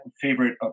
favorite